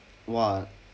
!wah!